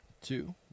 two